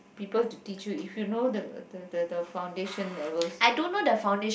people to teach you if you know the the the the foundation levels